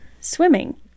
swimming